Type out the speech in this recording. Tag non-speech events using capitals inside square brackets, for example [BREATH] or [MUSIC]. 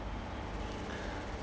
[BREATH]